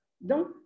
Donc